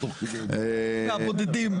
אתה מהבודדים.